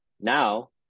Now